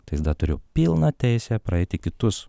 tai jis dar turėjo pilną teisę praeiti kitus